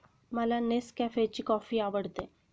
मला नेसकॅफेची कॉफी आवडते